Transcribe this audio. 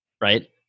right